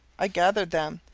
i gathered them,